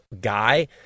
guy